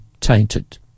tainted